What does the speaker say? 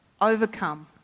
overcome